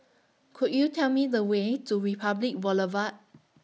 Could YOU Tell Me The Way to Republic Boulevard